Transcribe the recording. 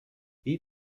wie